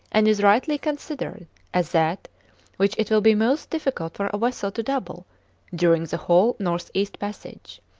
and is rightly considered as that which it will be most difficult for a vessel to double during the whole north-east passage